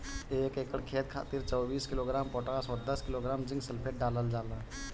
एक एकड़ खेत खातिर चौबीस किलोग्राम पोटाश व दस किलोग्राम जिंक सल्फेट डालल जाला?